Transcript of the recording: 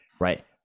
right